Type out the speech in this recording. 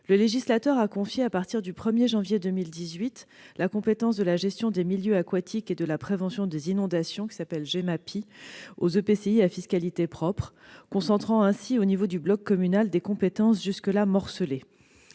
Le législateur a confié, à partir du 1 janvier 2018, la compétence de la gestion des milieux aquatiques et de la prévention des inondations, la Gemapi, aux EPCI à fiscalité propre, concentrant ainsi à l'échelon du bloc communal des compétences jusque-là morcelées.